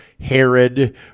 Herod